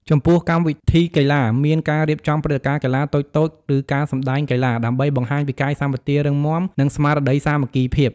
ចំពោះកម្មវិធីកីឡា គឺមានការរៀបចំព្រឹត្តិការណ៍កីឡាតូចៗ ឬការសម្ដែងកីឡា ដើម្បីបង្ហាញពីកាយសម្បទារឹងមាំ និងស្មារតីសាមគ្គីភាព។